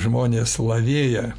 žmonės lavėja